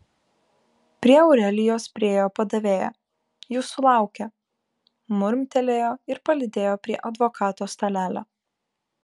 prie aurelijos priėjo padavėja jūsų laukia murmtelėjo ir palydėjo prie advokato stalelio